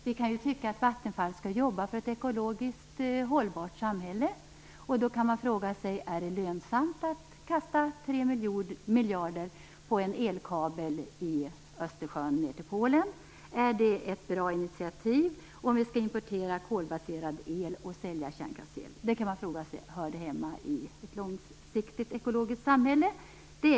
Vi kan ju tycka att Vattenfall skall jobba för ett ekologiskt hållbart samhälle, och vi kan då fråga oss om det är lönsamt att kasta ut 3 miljarder på en elkabel i Östersjön ned till Polen. Är det ett bra initiativ, om vi skall importera kolbaserad el och sälja kärnkraftsel? Hör det hemma i ett långsiktigt ekologiskt samhälle?